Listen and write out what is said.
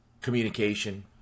communication